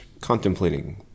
contemplating